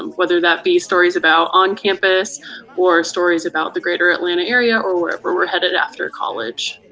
um whether that be stories about on campus or stories about the greater atlanta area or wherever we're headed after college.